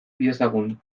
diezagun